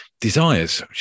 desires